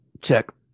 check